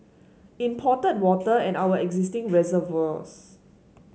imported water and our existing reservoirs